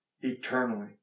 eternally